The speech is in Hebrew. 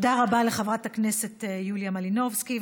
רבה לחברת הכנסת יוליה מלינובסקי.